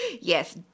Yes